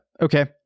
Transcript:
Okay